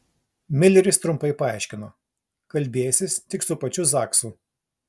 mileris trumpai paaiškino kalbėsis tik su pačiu zaksu